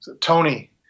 Tony